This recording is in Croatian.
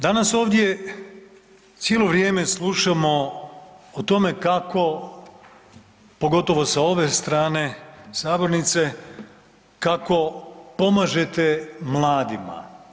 Danas ovdje cijelo vrijeme slušamo o tome kako pogotovo sa ove strane sabornice kako pomažete mladima.